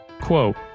Quote